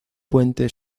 puente